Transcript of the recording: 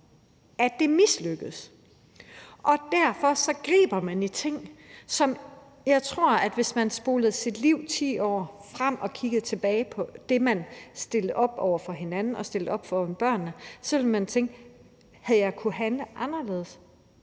som de måske ellers ikke ville have gjort. Altså, hvis man spolede sit liv 10 år frem og kiggede tilbage på det, man stillede op over for hinanden og stillede op over for børnene, så tror jeg, man ville tænke: Havde jeg kunnet handle anderledes,